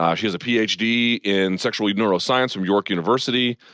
um she has a ph d. in sexual neuroscience from york university,